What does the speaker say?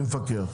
מי מפקח?